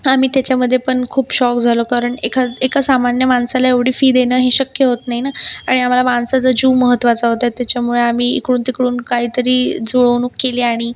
आम्ही त्याच्यामध्ये पण खूप शॉक झालो कारण एका एका सामान्य माणसाला एवढी फी देणंही शक्य होत नाही ना आणि आम्हाला माणसाचा जीव महत्त्वाचा होता त्याच्यामुळे आम्ही इकडून तिकडून काहीतरी जुळवणूक केली आणि